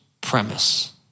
premise